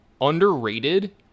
Underrated